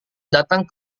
datang